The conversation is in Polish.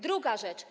Druga rzecz.